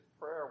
prayer